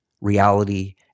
reality